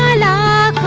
la